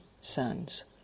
sons